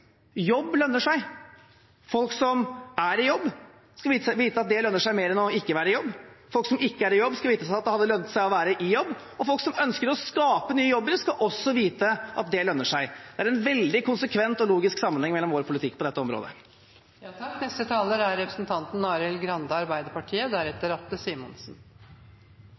jobb lønner seg. Folk som er i jobb, skal vite at det lønner seg mer enn ikke å være i jobb. Folk som ikke er i jobb, skal vite at det hadde lønt seg å være i jobb. Og folk som ønsker å skape nye jobber, skal også vite at det lønner seg. Det er en veldig konsekvent og logisk sammenheng i vår politikk på dette området.